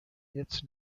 its